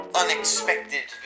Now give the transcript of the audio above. unexpected